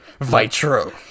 Vitro